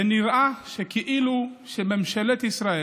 זה נראה כאילו שממשלת ישראל,